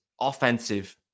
offensive